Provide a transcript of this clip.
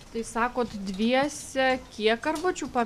tai sakot dviese kiek karvučių pa